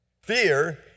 Fear